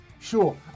sure